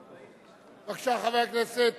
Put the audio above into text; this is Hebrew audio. בבקשה, חבר הכנסת